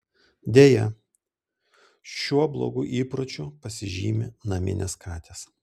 deja šiuo blogu įpročiu pasižymi naminės katės